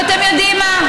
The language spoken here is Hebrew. ואתם יודעים מה?